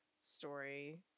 story